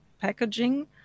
packaging